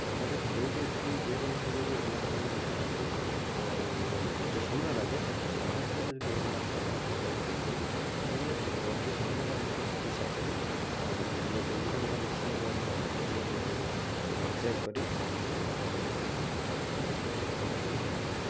ସେଠାରେ ଯୋଉଁଟି ଏଠିକି ଯେକୌଣସି ରୋଗକୁ ଭଲ କରିବାକୁ ଯେତେବେଳେ ଆମକୁ ଟିକିଏ ସମୟ ଲାଗେ ସେଠି ସାଧାରଣତର ଯଦି ଭଲ ଡ଼ାକ୍ତରଙ୍କ ହାବୁଡ଼ରେ ଆମେ ପଡ଼ୁଛନ୍ତି ସେମାନେ ସବୁ ଅତି ସହଜରେ ଆମକୁ ଚିକିତ୍ସା କରି ଆଉ ବିଭିନ୍ନ ପ୍ରକାର ମେସିନାରି ମାଧ୍ୟମରେ ଆମକୁ ଅଁ ଚେକ୍ କରି ଆମକୁ ଭଲ ମେଡ଼ିସିନ୍ ଦେଇ ଆମକୁ ଅତି ଶୀଘ୍ର ଭଲ କରିଥାନ୍ତି